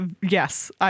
Yes